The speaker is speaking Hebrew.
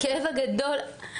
הכאב הגדול.